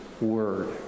word